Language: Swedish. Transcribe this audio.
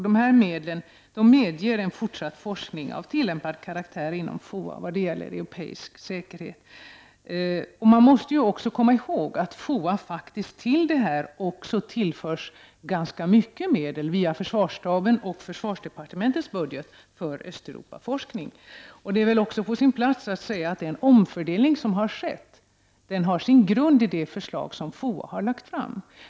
Dessa medel medger fortsatt forskning av tillämpad karaktär inom FOA när det gäller europeisk säkerhet. Man måste också komma ihåg att FOA tillförs ganska mycket medel även via försvarsstaben och över försvarsdepartementets budget för öststatsforskning. Det är väl också på sin plats att säga att den omfördelning som har skett har sin grund i det förslag som FOA har lagt fram.